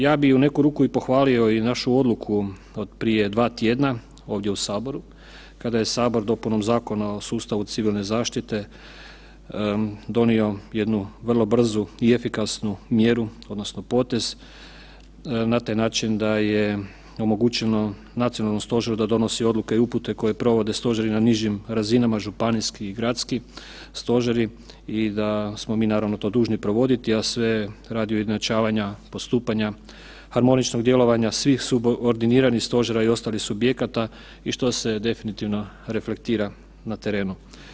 Ja bih u neku ruku i pohvalio i našu odluku od prije dva tjedna ovdje u Saboru kada je Sabor dopunom Zakona o sustavu civilne zaštite donio jednu vrlo brzu i efikasnu mjeru odnosno potez na taj način da je omogućeno nacionalnom stožeru da donosi odluke i upute koje provode stožeri na nižim razinama, županijski i gradski stožeri da smo mi naravno to dužni provoditi, a sve radi ujednačavanja postupanja, harmoničnog djelovanja svih subordiniranih stožera i ostalih subjekata i što se definitivno reflektira na terenu.